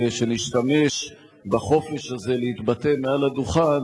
שנשתמש בחופש הזה להתבטא מעל הדוכן,